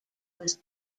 was